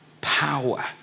Power